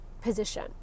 position